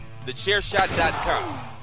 TheChairShot.com